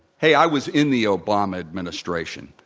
hey, i was in the obama administration.